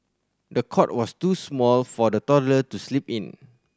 the cot was too small for the toddler to sleep in